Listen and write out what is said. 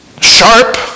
Sharp